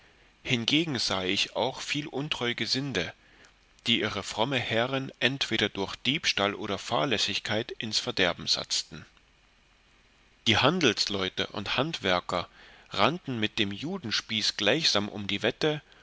hingegen sahe ich auch viel untreu gesinde die ihre fromme herren entweder durch diebstahl oder fahrlässigkeit ins verderben satzten die handelsleute und handwerker rannten mit dem judenspieß gleichsam um die wette